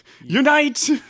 unite